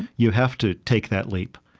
you have to take that leap.